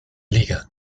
liga